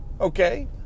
Okay